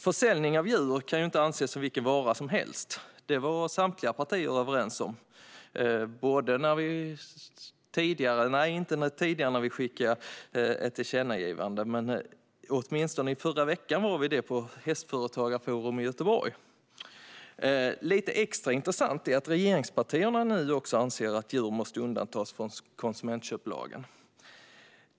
Försäljning av djur kan inte ses som vilken vara som helst. Detta var samtliga partier överens om, kanske inte tidigare då vi skickade ett tillkännagivande, men vi var det åtminstone förra veckan hos Hästföretagarforum i Göteborg. Lite extra intressant är det att regeringspartierna nu också anser att djur måste undantas från konsumentköplagen.